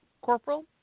Corporal